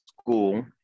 school